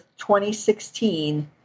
2016